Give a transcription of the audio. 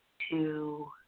two,